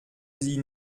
sie